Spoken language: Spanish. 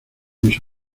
mis